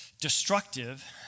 destructive